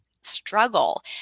struggle